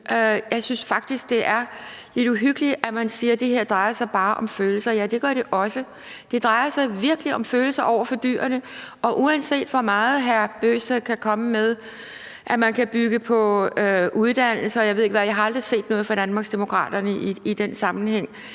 Jeg synes faktisk, det er lidt uhyggeligt, at man siger, at det her bare drejer sig om følelser. Ja, det gør det også, for det drejer sig virkelig om følelser over for dyrene, og uanset hvor meget hr. Kristian Bøgsted siger, at man kan bygge det på uddannelse, og jeg ved ikke hvad – jeg har aldrig set noget fra Danmarksdemokraterne i den sammenhæng